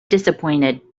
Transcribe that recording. disappointed